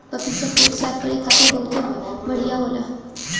पपीता पेट साफ़ करे खातिर बहुते बढ़िया होला